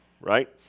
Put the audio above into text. right